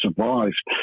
survived